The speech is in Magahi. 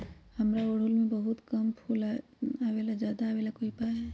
हमारा ओरहुल में बहुत कम फूल आवेला ज्यादा वाले के कोइ उपाय हैं?